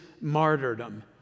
martyrdom